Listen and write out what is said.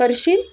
करशील